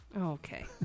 Okay